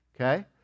Okay